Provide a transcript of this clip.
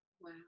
Wow